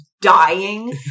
dying